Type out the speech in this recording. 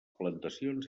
plantacions